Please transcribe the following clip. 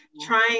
trying